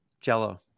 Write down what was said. Jello